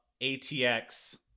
atx